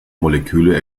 moleküle